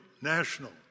national